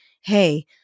hey